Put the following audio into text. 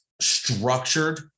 structured